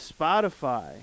Spotify